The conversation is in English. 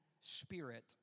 spirit